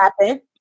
happen